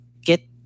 get